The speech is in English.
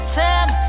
time